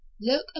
Look